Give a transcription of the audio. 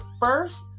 first